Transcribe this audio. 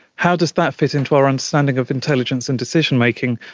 how does that fit into our understanding of intelligence and decision-making,